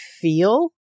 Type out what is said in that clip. feel